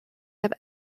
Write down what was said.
have